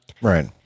right